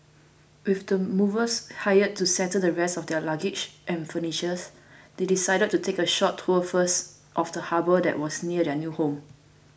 with the movers hired to settle the rest of their luggage and furnitures they decided to take a short tour first of the harbour that was near their new home